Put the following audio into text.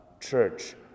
church